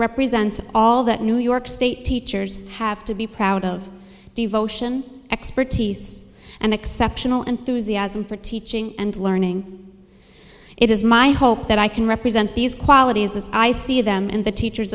represents all that new york state teachers have to be proud of devotion expertise and exceptional and through z as in for teaching and learning it is my hope that i can represent these qualities as i see them and the teachers